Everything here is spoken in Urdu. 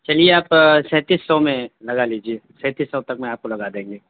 چلیے آپ سینتیس سو میں لگا لیجیے سینتیس سو تک میں آپ کو لگا دیں گے